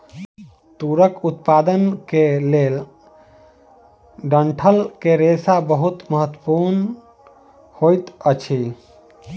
तूरक उत्पादन के लेल डंठल के रेशा बहुत महत्वपूर्ण होइत अछि